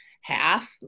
half